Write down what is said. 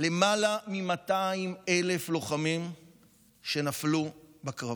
יותר מ-200,000 לוחמים שנפלו בקרבות.